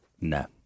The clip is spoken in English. No